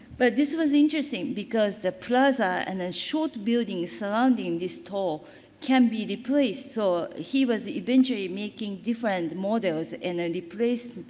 but, this was interesting because the plaza and then short building sounding this tall can be replaced. so, he was eventually making different models and then replaced,